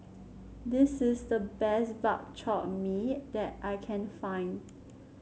this is the best Bak Chor Mee that I can find